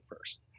first